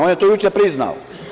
On je to juče priznao.